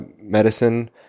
Medicine